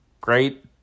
great